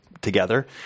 Together